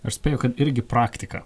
aš spėju kad irgi praktika